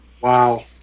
wow